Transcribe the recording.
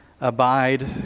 abide